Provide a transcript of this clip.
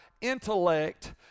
intellect